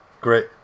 great